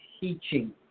teaching